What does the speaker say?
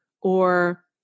or-